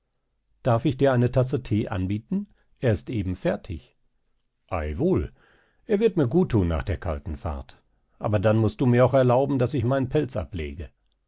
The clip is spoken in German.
darf ich dir eine tasse thee anbieten er ist eben fertig ei wohl er wird mir gut thun nach der kalten fahrt aber dann mußt du mir auch erlauben daß ich meinen pelz ablege